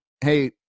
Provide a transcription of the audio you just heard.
Hey